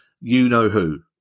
you-know-who